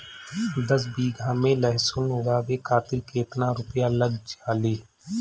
दस बीघा में लहसुन उगावे खातिर केतना रुपया लग जाले?